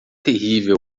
terrível